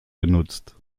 genutzt